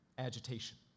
agitation